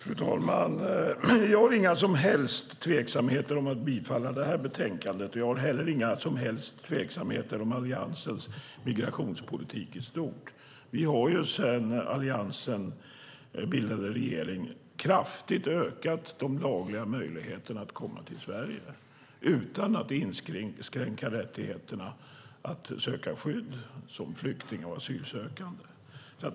Fru talman! Jag har inga som helst tveksamheter om att bifalla förslaget i detta betänkande. Jag har heller inga som helst tveksamheter om Alliansens migrationspolitik i stort. Vi har sedan Alliansen bildade regering kraftigt ökat de lagliga möjligheterna att komma till Sverige utan att inskränka rättigheterna att söka skydd som flykting och asylsökande.